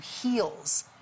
heals